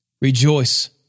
Rejoice